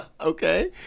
Okay